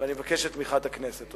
ואני מבקש את תמיכת הכנסת.